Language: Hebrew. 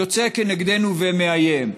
יוצא נגדנו ומאיים,